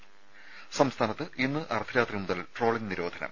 ത സംസ്ഥാനത്ത് ഇന്ന് അർദ്ധരാത്രി മുതൽ ട്രോളിംഗ് നിരോധനം